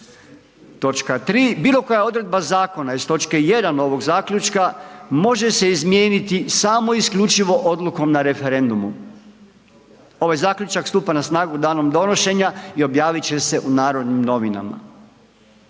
Točka 3., bilo koja odredba zakona iz točke 1. ovog zaključka može se izmijeniti samo i isključivo odlukom na referendumu, ovaj zaključak stupa na snagu danom donošenja i objavit će se u Narodnim novinama.